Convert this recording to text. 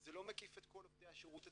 זה לא מקיף את כל עובדי השירות הציבורי,